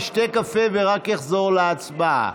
ישתה קפה ורק יחזור להצבעה.